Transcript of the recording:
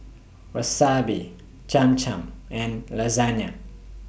Wasabi Cham Cham and Lasagna